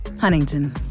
Huntington